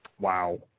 Wow